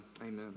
Amen